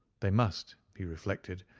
they must, he reflected,